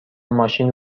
ماشین